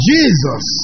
Jesus